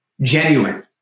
genuine